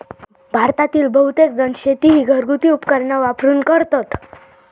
भारतातील बहुतेकजण शेती ही घरगुती उपकरणा वापरून करतत